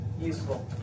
useful